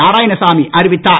நாராயணசாமி அறிவித்தார்